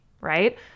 right